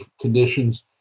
conditions